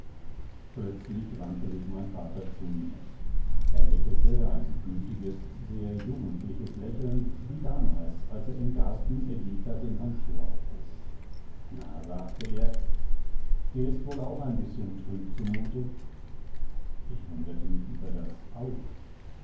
plötzlich wandte sich mein vater zu mir er lächelte ein gütiges sehr jugendliches lächeln wie damals als er im garten ellita den handschuh aufhob na sagte er dir ist wohl auch ein bißchen trüb zumute ich wunderte mich über das auch